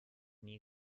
nie